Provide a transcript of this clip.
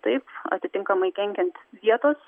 taip atitinkamai kenkiant vietos